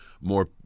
more